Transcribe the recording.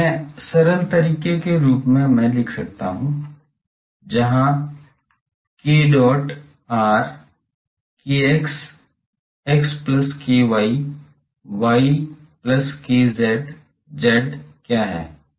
तो यह सरल तरीके के रूप में मैं लिख सकता हूँ जहां k dot r kx x plus ky y plus kz z क्या है